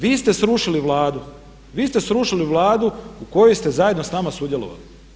Vi ste srušili Vladu, vi ste srušili Vladu u kojoj ste zajedno s nama sudjelovali.